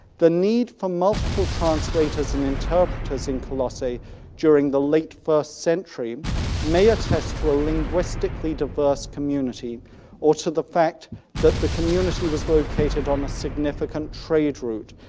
the need for multiple translators and interpreters in colossae during the late first century may attest to a linguistically diverse community or to the fact that the community was located on a significant trade route